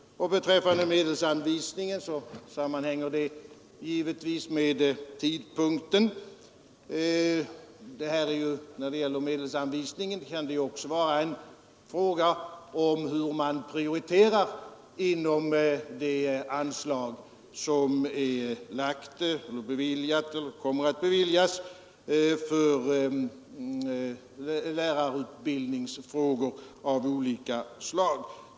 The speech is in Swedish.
Medelsanvisningen sammanhänger givetvis med tidpunkten. Medelsanvisningen kan också bero på hur man prioriterar inom anslaget för lärarutbildningsfrågor av olika slag.